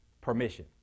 Permission